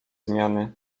zmiany